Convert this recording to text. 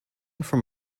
from